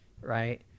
right